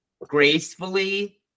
Gracefully